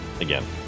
again